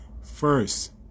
first